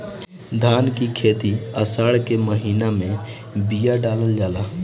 धान की खेती आसार के महीना में बिया डालल जाला?